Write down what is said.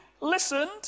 listened